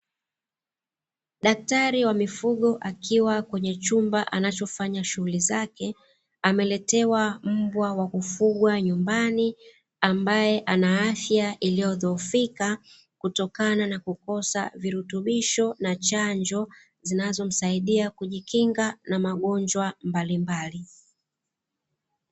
Daktari wa mifugo akiwa kwenye chumba anachofanya shughuli zake ameletewa mbwa wa kufugwa nyumbani, ambaye ana afya iliyodhoofika kutokana na kukosa virutubisho na chanjo zinazomsaidia kujikinga na magonjwa mbalimbali.